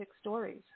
stories